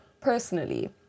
personally